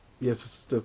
Yes